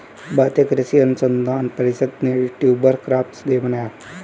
भारतीय कृषि अनुसंधान परिषद ने ट्यूबर क्रॉप्स डे मनाया